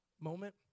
moment